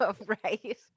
right